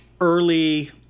early